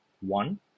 one